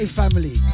family